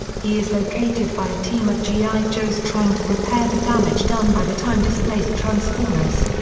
he is located by a team of g i. joes trying to repair the damage done by the time-displaced transformers.